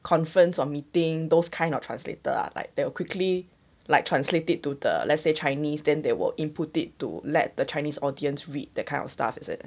conference or meeting those kind of translator ah like that will quickly like translate it to uh let's say chinese then they will input it to let the chinese audience read that kind of stuff is it